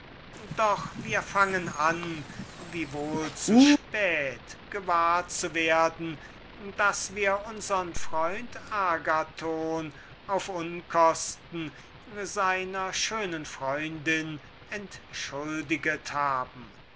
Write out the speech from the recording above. aber wir fangen an zu merken wiewohl zu späte daß wir unsern freund agathon auf unkosten seiner schönen freundin gerechtfertiget haben